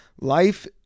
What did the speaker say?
Life